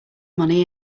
money